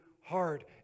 hard